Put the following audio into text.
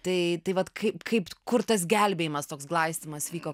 tai tai vat kai kaip kur tas gelbėjimas toks glaistymas vyko